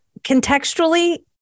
contextually